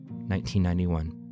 1991